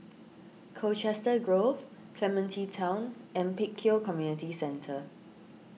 Colchester Grove Clementi Town and Pek Kio Community Centre